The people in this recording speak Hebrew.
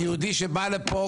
יהודי שבא למדינת ישראל,